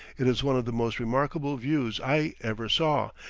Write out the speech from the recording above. it is one of the most remarkable views i ever saw,